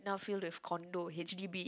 now filled with condo H_D_B